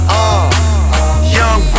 Young